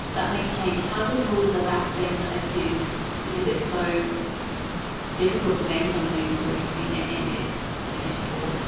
that may change, titles are always the last thing that i do because it's so difficult to name something until you've seen it in its finished form.